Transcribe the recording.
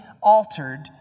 altered